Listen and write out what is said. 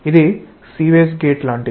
ఇది sewage gate లాంటిది